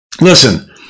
listen